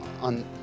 on